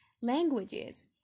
languages